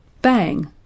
Bang